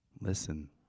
Listen